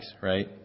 Right